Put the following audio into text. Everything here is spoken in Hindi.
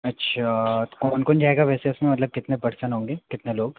अच्छा कौन कौन जाएगा वैसे उसमे मतलब कितने पर्सन होंगे कितने लोग